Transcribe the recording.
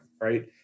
right